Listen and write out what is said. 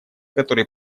которые